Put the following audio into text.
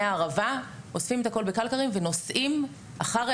מהערבה אוספים את הכול בקלקרים ונוסעים אחרי